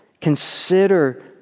Consider